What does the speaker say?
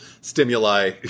stimuli